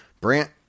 Brant